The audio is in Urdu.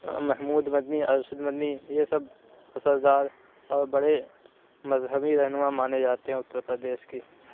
محمود مدنی ارشد مدنی یہ سب اثردار اور بڑے مذہبی رہنما مانے جاتے ہیں اُتر پردیش کی